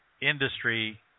industry